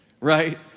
right